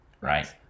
right